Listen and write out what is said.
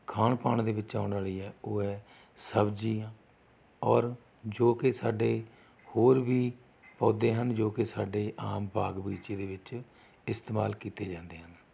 ਖਾਣ ਪਾਣ ਦੇ ਵਿੱਚ ਆਉਣ ਵਾਲੀ ਹੈ ਉਹ ਹੈ ਸਬਜ਼ੀਆਂ ਔਰ ਜੋ ਕਿ ਸਾਡੇ ਹੋਰ ਵੀ ਪੌਦੇ ਹਨ ਜੋ ਕਿ ਸਾਡੇ ਆਮ ਬਾਗ ਬਗੀਚੇ ਦੇ ਵਿੱਚ ਇਸਤੇਮਾਲ ਕੀਤੇ ਜਾਂਦੇ ਹਨ